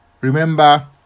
remember